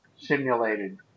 simulated